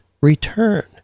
return